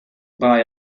buy